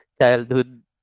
childhood